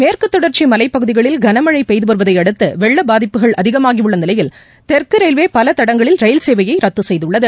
மேற்கு தொடர்ச்சி மலைப் பகுதிகளில் கனமழை பெய்து வருவதை அடுத்து வெள்ள பாதிப்புகள் அதிகமாகியுள்ள நிலையில் தெற்கு ரயில்வே பல தடங்களில் ரயில்சேவையை ரத்து செய்துள்ளது